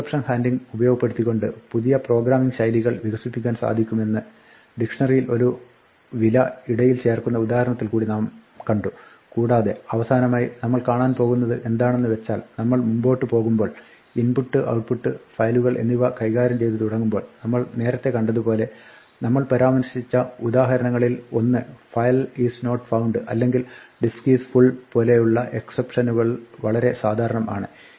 exception handling ഉപയോഗപ്പെടുത്തിക്കൊണ്ട് പുതിയ programming ശൈലികൾ വികസിപ്പിക്കുവാൻ സാധിക്കുമെന്ന് ഡിക്ഷ്ണറിയിൽ ഒരു വില ഇടയിൽ ചേർക്കുന്ന ഉദാഹരണത്തിൽ കൂടി നാം കണ്ടു കൂടാതെ അവസാനമായി നമ്മൾ കാണാൻ പോകുന്നത് എന്താണെന്ന് വെച്ചാൽ നമ്മൾ മുമ്പോട്ട് പോകുമ്പോൾ ഇൻപുട്ട് ഔട്ടപുട്ട് ഫയലുകൾ എന്നിവ കൈകാര്യം ചെയ്ത് തുടങ്ങുമ്പോൾ നമ്മൾ നേരത്തെ കണ്ടതുപോലെ നമ്മൾ പരാമർശിച്ച ഉദാഹരണങ്ങളിൽ ഒന്ന് "file is not found" അല്ലെങ്കിൽ "disk is full" പോലെയുള്ള എക്സപ്ഷനുകൾ വളരെ സാധാരണം ആണ്